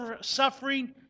suffering